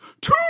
two